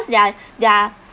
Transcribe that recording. their their